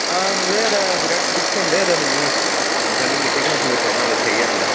आंलै आदा बिराद बिग फेनलै आदा नोंनि नोंथांनि मेथाइ खोनासंबाय थाना थायो आङो